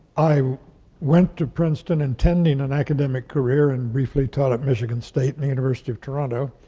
i went to princeton intending an academic career and briefly taught at michigan state and the university of toronto.